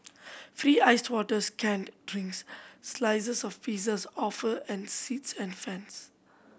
free iced water canned drinks slices of pizzas offer and seats and fans